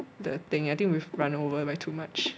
the thing I think we've run over by too much